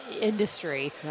industry